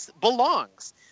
belongs